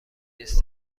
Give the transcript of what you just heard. نیز